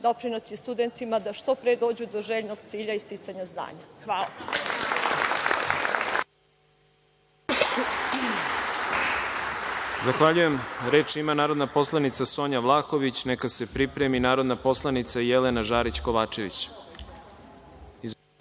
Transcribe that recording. doprineti studentima da što pre dođu do željenog cilj i sticanja znanja. Hvala.